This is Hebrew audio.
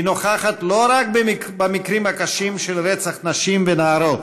היא נוכחת לא רק במקרים הקשים של רצח נשים ונערות,